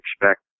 expect